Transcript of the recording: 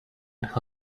who